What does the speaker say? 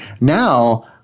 Now